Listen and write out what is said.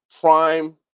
prime